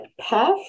path